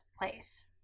place